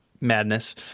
madness